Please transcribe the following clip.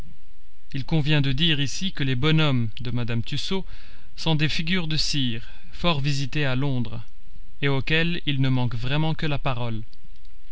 il convient de dire ici que les bonshommes de mme tussaud sont des figures de cire fort visitées à londres et auxquelles il ne manque vraiment que la parole